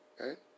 Okay